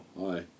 hi